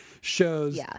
shows